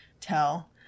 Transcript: tell